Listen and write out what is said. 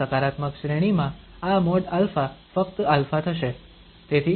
અને સકારાત્મક શ્રેણીમાં આ |α| ફક્ત α થશે